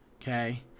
Okay